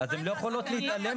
ואתה לא מצליח להבין